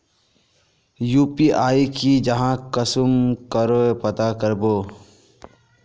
UPI की जाहा कुंसम करे पता करबो?